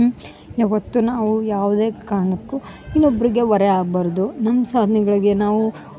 ಯಾವತ್ತು ನಾವು ಯಾವುದೇ ಕಾರಣಕ್ಕೂ ಇನ್ನೊಬ್ಬರಿಗೆ ಹೊರೆ ಆಗ್ಬಾರದು ನಮ್ಮ ಸಾಧ್ನೆಗಳಿಗೆ ನಾವು